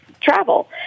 travel